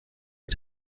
ich